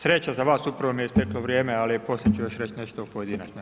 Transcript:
Sreća za vas upravo mi je isteklo vrijeme, ali poslije ću još reć nešto u pojedinačnoj.